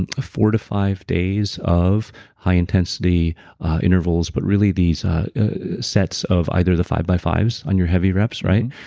and a four to five days of high intensity intervals, but really these sets of either the five by fives on your heavy reps, right?